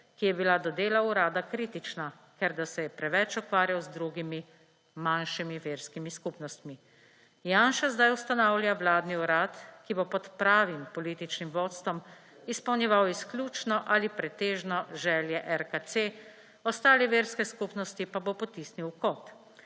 ki je bila do dela urada kritična, ker da se je preveč ukvarjal z drugimi, manjšimi verskimi skupnostmi. Janša zdaj ustanavlja vladni urad, ki bo pod pravim političnim vodstvom izpolnjeval izključno ali pretežno želje RKC, ostale verske skupnosti pa bo potisnil v kot.